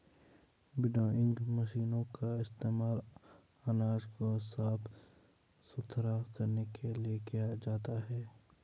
winnowing मशीनों का इस्तेमाल अनाज को साफ सुथरा करने के लिए किया जाता है